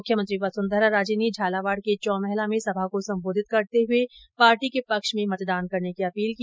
मुख्यमंत्री वसुंधरा राजे ने झालावाड के चौमहला में सभा को संबोधित करते हुए पार्टी के पक्ष में मतदान करने की अपील की